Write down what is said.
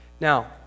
Now